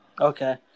Okay